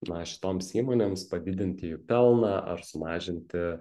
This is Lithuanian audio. na šitoms įmonėms padidinti jų pelną ar sumažinti